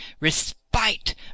Respite